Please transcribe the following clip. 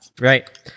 Right